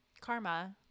Karma